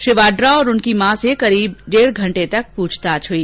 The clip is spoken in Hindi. श्री वाड्रा और उनकी मां से लगभग डेढ घंटे पूछताछ हुई